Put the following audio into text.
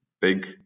big